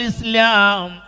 Islam